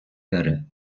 داره